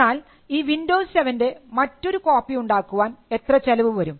എന്നാൽ ഈ വിൻഡോസ് സെവൻറെ മറ്റൊരു കോപ്പി ഉണ്ടാക്കാൻ എത്ര ചെലവ് വരും